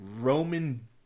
Roman